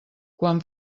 quan